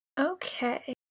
Okay